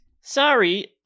sorry